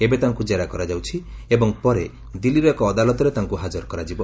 ଏବେ ତାଙ୍କୁ ଜେରା କରାଯାଉଛି ଏବଂ ପରେ ଦିଲ୍ଲୀର ଏକ ଅଦାଲତରେ ତାଙ୍କ ହାଜର କରାଯିବ